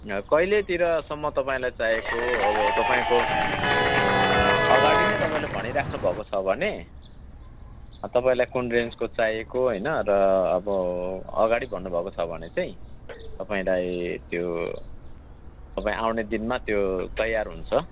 कहिलेतिर सम्म तपाईँलाई चाहिएको अब तपाईँको अगाडि नै तपाईँले भनी राख्नुभएको छ भने अब तपाईँलाई कुन रेन्जको चाहिएको होइन र अब अगाडि भन्नुभएको छ भने चाहिँ तपाईँलाई त्यो तपाईँ आउने दिनमा त्यो तयार हुन्छ